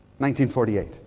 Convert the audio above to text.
1948